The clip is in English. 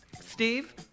Steve